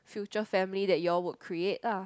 future family that you all will create lah